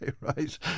right